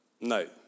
No